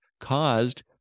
caused